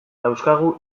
dauzkagu